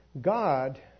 God